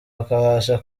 bakabasha